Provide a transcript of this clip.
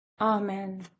amen